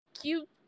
Cute